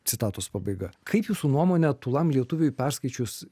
citatos pabaiga kaip jūsų nuomone tūlam lietuviui perskaičius